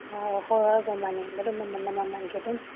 ꯑ ꯍꯣ ꯑꯩꯒ ꯃꯥꯅꯩ ꯃꯃꯟꯒꯤ ꯑꯗꯨꯝ